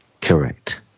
Correct